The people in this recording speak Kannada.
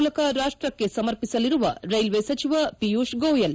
ಮೂಲಕ ರಾಷ್ಟಕ್ಕೆ ಸಮರ್ಪಿಸಲಿರುವ ರೈಲ್ವೆ ಸಚಿವ ಪಿಯೂಶ್ ಗೋಯಲ್